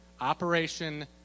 Operation